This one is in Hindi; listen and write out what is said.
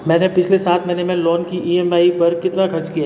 मैंने पिछले सात महीने में लोन की ई एम आई पर कितना खर्च किया